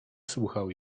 słuchał